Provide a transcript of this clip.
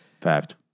Fact